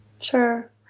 Sure